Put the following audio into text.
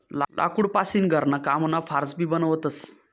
लाकूड पासीन घरणा कामना फार्स भी बनवतस